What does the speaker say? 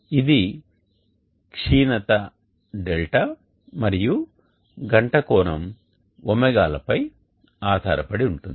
ఇది క్షీణత δ మరియు గంట కోణం ω లపై ఆధారపడి ఉంటుంది